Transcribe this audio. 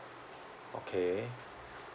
okay